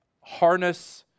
harness